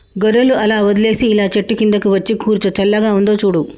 గొర్రెలు అలా వదిలేసి ఇలా చెట్టు కిందకు వచ్చి కూర్చో చల్లగా ఉందో చూడు